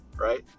Right